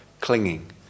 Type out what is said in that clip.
clinging